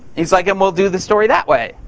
he's like, and we'll do the story that way.